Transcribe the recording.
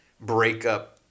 breakup